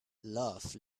love